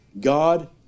God